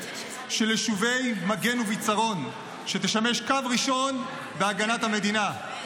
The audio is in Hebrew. של יישובי מגן וביצרון שתשמש קו ראשון בהגנת המדינה".